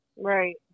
Right